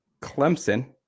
Clemson